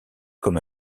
comme